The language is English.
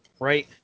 Right